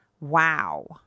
Wow